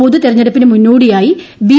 പൊതു തെരഞ്ഞെടുപ്പിന് മുന്നോടിയായി ബി